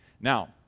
Now